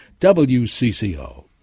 WCCO